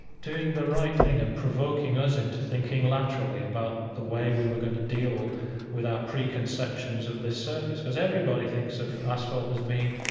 doing the right thing and provoking us into thinking laterally about the way we were going to deal with our preconceptions of this surface, because everybody thinks of asphalt as being,